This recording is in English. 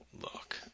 look